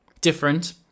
different